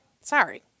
Sorry